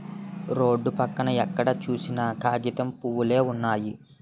road పక్కన ఎక్కడ సూసినా కాగితం పూవులే వున్నయి